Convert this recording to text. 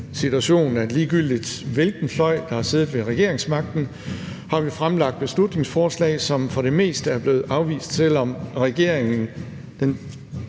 situation, at ligegyldigt hvilken fløj der har siddet ved regeringsmagten, har vi fremsat beslutningsforslag, som for det meste er blevet afvist, selv om den